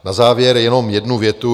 Na závěr jenom jednu větu.